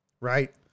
right